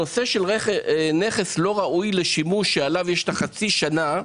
הנושא של נכס לא ראוי לשימוש שעליו יש את חצי השנה: